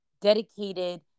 dedicated